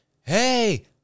hey